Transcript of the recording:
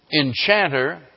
Enchanter